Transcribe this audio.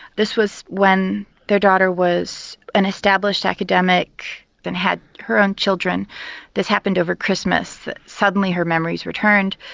this was when their daughter was an established academic and had her own children this happened over christmas that suddenly her memories returned.